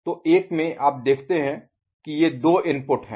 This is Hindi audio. तो एक में आप देखते हैं कि ये दो इनपुट हैं